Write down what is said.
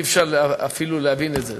אי-אפשר אפילו להבין את זה.